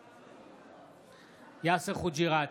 בעד יאסר חוג'יראת,